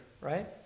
right